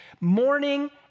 Morning